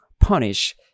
punish